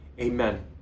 amen